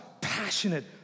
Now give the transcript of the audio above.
passionate